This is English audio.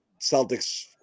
Celtics